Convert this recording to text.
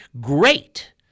great